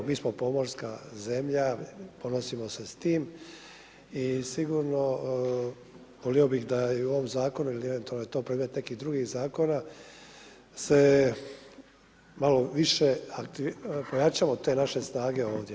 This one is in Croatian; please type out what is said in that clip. Mi smo pomorska zemlja, ponosimo se s tim i sigurno volio bih da i u ovom Zakonu ili eventualno da je to predmet nekih drugih zakona se malo više pojačamo te naše snage ovdje.